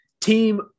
Team